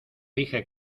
dije